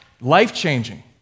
Life-changing